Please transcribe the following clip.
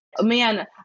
Man